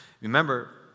Remember